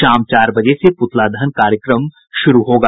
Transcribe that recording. शाम चार बजे से पुतला दहन कार्यक्रम शुरू होगा